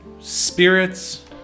spirits